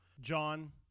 John